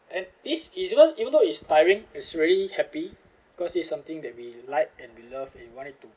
and it's even though it's tiring it's really happy cause it's something that we like and we love and we want it to